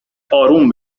اروم